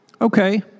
okay